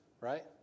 right